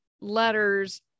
letters